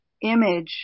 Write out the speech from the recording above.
image